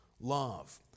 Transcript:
love